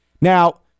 Now